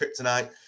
kryptonite